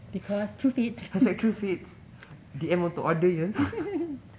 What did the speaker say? because TruFitz